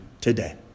today